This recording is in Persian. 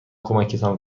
کمکتان